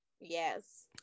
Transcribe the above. Yes